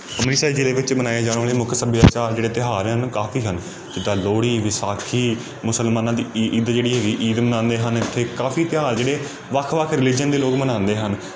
ਅੰਮ੍ਰਿਤਸਰ ਜ਼ਿਲ੍ਹੇ ਵਿੱਚ ਮਨਾਇਆ ਜਾਣ ਵਾਲੇ ਮੁੱਖ ਸੱਭਿਆਚਾਰ ਜਿਹੜੇ ਤਿਉਹਾਰ ਹਨ ਕਾਫੀ ਹਨ ਜਿੱਦਾਂ ਲੋਹੜੀ ਵਿਸਾਖੀ ਮੁਸਲਮਾਨਾਂ ਦੀ ਈਦ ਜਿਹੜੀ ਹੈਗੀ ਈਦ ਮਨਾਉਂਦੇ ਹਨ ਇੱਥੇ ਕਾਫੀ ਤਿਉਹਾਰ ਜਿਹੜੇ ਵੱਖ ਵੱਖ ਰਿਲੀਜਨ ਦੇ ਲੋਕ ਮਨਾਉਂਦੇ ਹਨ